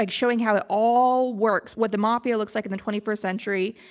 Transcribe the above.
like showing how it all works, what the mafia looks like in the twenty first century,